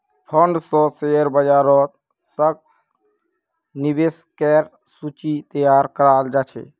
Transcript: fund स share बाजारत सशक्त निवेशकेर सूची तैयार कराल जा छेक